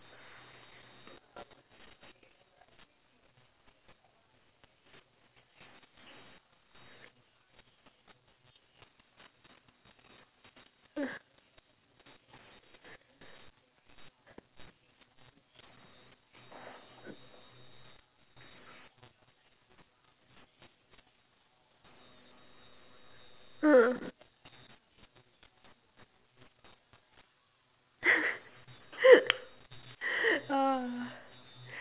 ah